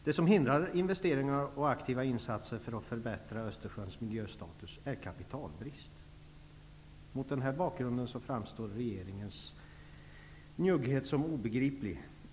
Det som hindrar investeringar och aktiva insatser för att förbättra Östersjöns miljöstatus är kapitalbrist. Mot den bakgrunden framstår regeringens njugghet som obegriplig.